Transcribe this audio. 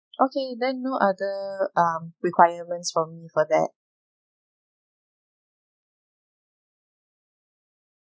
okay then no other um requirements from me for that